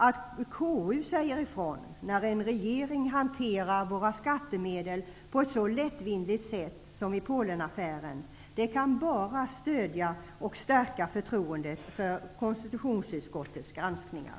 Att KU säger ifrån när en regering hanterar våra skattemedel på ett så lättvindigt sätt som i Polenaffären kan bara stödja och stärka förtroendet för konstitutionsutskottets granskningar.